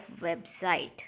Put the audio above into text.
website